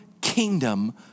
kingdom